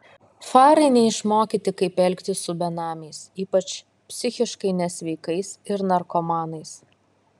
farai neišmokyti kaip elgtis su benamiais ypač psichiškai nesveikais ir narkomanais